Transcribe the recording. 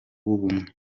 w’ubumwe